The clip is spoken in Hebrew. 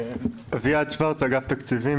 אני אביעד שוורץ מאגף התקציבים.